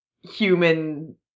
human